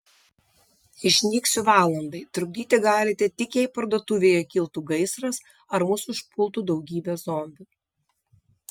išnyksiu valandai trukdyti galite tik jei parduotuvėje kiltų gaisras ar mus užpultų daugybė zombių